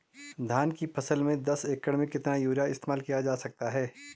धान की फसल में दस एकड़ में कितना यूरिया इस्तेमाल किया जा सकता है?